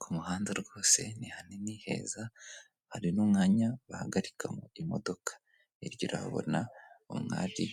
Ku muhanda rwose ni hanini heza hari n'umwanya bahagarikamo imodoka, hirya urahabona umwari